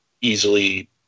easily